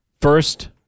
first